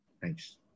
Thanks